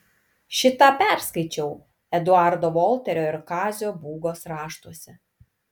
šį tą perskaičiau eduardo volterio ir kazio būgos raštuose